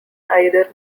either